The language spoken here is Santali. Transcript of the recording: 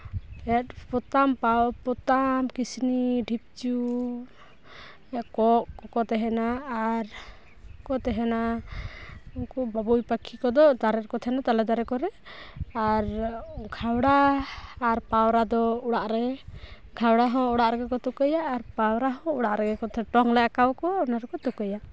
ᱯᱷᱮᱰ ᱯᱚᱛᱟᱢ ᱯᱟᱣ ᱯᱚᱛᱟᱢ ᱠᱤᱥᱱᱤ ᱰᱷᱤᱯᱪᱩ ᱠᱚᱸᱜ ᱠᱚ ᱛᱟᱦᱮᱱᱟ ᱟᱨ ᱠᱚ ᱛᱟᱦᱮᱱᱟ ᱩᱱᱠᱩ ᱵᱟᱵᱳᱭ ᱯᱟᱹᱠᱷᱤ ᱠᱚᱫᱚ ᱫᱟᱨᱮ ᱨᱮᱠᱚ ᱛᱟᱦᱮᱱᱟ ᱛᱟᱞᱮ ᱫᱟᱨᱮ ᱠᱚᱨᱮ ᱟᱨ ᱜᱷᱮᱣᱲᱟ ᱟᱨ ᱯᱟᱣᱨᱟ ᱫᱚ ᱚᱲᱟᱜ ᱨᱮ ᱜᱷᱮᱣᱲᱟ ᱦᱚᱸ ᱚᱲᱟᱜ ᱨᱮᱜᱮ ᱠᱚ ᱛᱩᱠᱟᱹᱭᱟ ᱟᱨ ᱯᱟᱣᱨᱟ ᱦᱚᱸ ᱚᱲᱟᱜ ᱨᱮᱜᱮ ᱠᱚ ᱛᱟᱦᱮᱱᱟ ᱴᱚᱝ ᱞᱮ ᱟᱸᱠᱟᱣ ᱟᱠᱚᱣᱟ ᱚᱱᱟ ᱨᱮᱠᱚ ᱛᱩᱠᱟᱹᱭᱟ